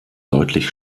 deutlich